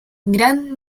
grand